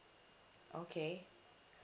okay